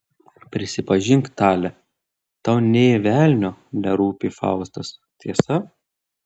prisipažink tale tau nė velnio nerūpi faustas tiesa